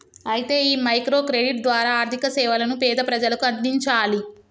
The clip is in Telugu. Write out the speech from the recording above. అయితే ఈ మైక్రో క్రెడిట్ ద్వారా ఆర్థిక సేవలను పేద ప్రజలకు అందించాలి